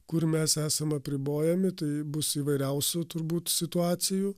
kur mes esam apribojami tai bus įvairiausių turbūt situacijų